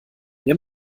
wir